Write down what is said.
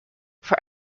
for